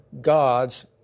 God's